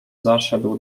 zaszedł